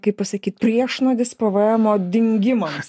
kaip pasakyt priešnuodis pvemo dingimams